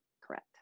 correct